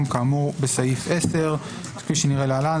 כאמור בסעיף 10. כפי שנראה להלן,